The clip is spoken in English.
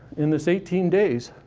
in this eighteen days,